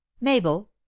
mabel